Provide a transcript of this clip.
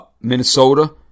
Minnesota